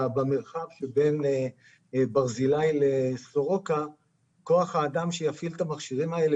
במרחב שבין ברזילי לסורוקה כוח האדם שיפעיל את המכשירים האלה,